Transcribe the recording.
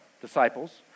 disciples